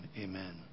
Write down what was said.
Amen